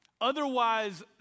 otherwise